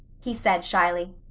he said shyly,